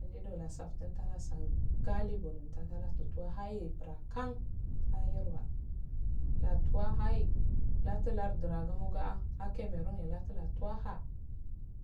Uwoledo lafsafttun talasang gadu golumtda galatu tuwa hayi buro kkan hayi yerwa latuwa hayi latu lardurasumo ga'ah